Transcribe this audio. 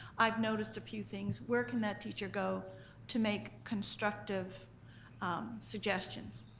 i've noticed a few things. where can that teacher go to make constructive suggestions?